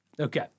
Okay